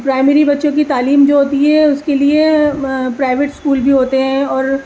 primary بچوں کی تعلیم جو ہوتی ہے اس کے لیے پرائیوٹ اسکول بھی ہوتے ہیں اور